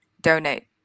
donate